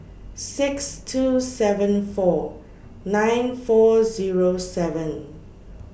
six two seven four nine four Zero seven